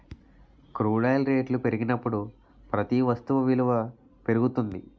crude oil రేట్లు పెరిగినప్పుడు ప్రతి వస్తు విలువ పెరుగుతుంది